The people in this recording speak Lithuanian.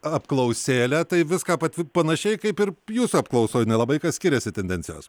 apklausėlę tai viską pat panašiai kaip ir jūsų apklausoj nelabai ką skiriasi tendencijos